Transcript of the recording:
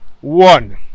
one